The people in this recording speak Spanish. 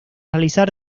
realizar